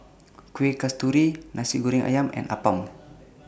Kueh Kasturi Nasi Goreng Ayam and Appam